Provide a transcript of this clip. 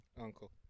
Uncle